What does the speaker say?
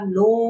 no